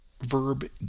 verb